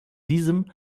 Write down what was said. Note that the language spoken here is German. diesem